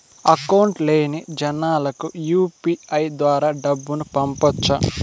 Account లేని జనాలకు UPI ద్వారా డబ్బును పంపొచ్చా?